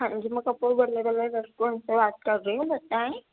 ہاں جی میں کپور بلے بلے ریسورینٹ سے بات کر رہی ہوں بتائیں